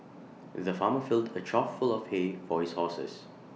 the farmer filled A trough full of hay for his horses